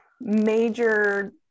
major